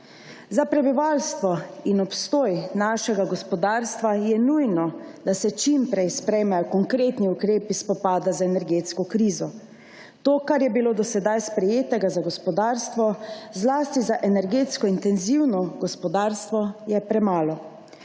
Za prebivalstvo in obstoj našega gospodarstva je nujno, da se čim prej sprejmejo konkretni ukrepi spopada z energetsko krizo. To, kar je bilo do sedaj sprejetega za gospodarstvo, zlasti za energetsko intenzivno gospodarstvo, je premalo.